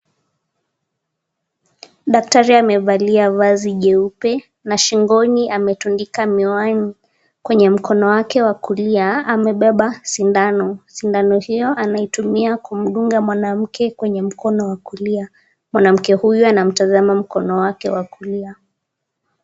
Daktari amevalia shati jeupe, na shingoni ametundika miwani kwenye mikono yake ya kulia amebeba sindano, anatumia kumdunga mwanamke mkono wa kulia, mwanamke huyu anamtazama mkono wake wakulia.